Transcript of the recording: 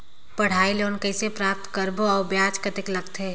पढ़ाई लोन कइसे प्राप्त करबो अउ ब्याज कतेक लगथे?